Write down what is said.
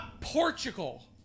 Portugal